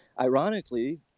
Ironically